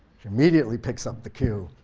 she immediately picks up the cue,